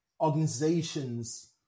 organizations